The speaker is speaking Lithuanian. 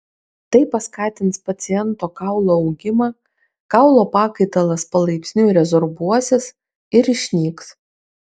tai paskatins paciento kaulo augimą kaulo pakaitalas palaipsniui rezorbuosis ir išnyks